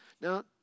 Now